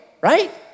right